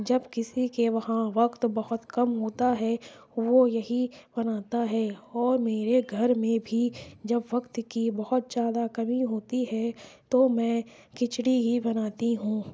جب کسی کے وہاں وقت بہت کم ہوتا ہے وہ یہی بناتا ہے اور میرے گھر میں بھی جب وقت کی بہت زیادہ کمی ہوتی ہے تو میں کھچری ہی بناتی ہوں